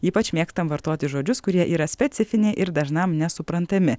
ypač mėgstam vartoti žodžius kurie yra specifiniai ir dažnam nesuprantami